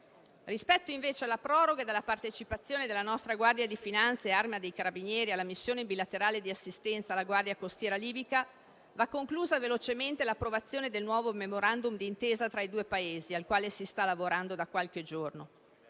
Rispetto, invece, alla proroga della partecipazione delle nostre Guardia di finanza e Arma dei carabinieri alla missione bilaterale di assistenza alla Guardia costiera libica, va conclusa velocemente l'approvazione del nuovo *memorandum* d'intesa tra i due Paesi, al quale si sta lavorando da qualche giorno.